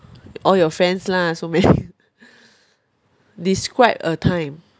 all your friends lah so many describe a time